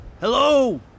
Hello